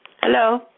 Hello